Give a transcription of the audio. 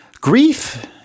Grief